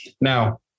Now